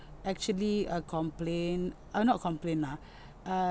actually uh complain uh not complain lah err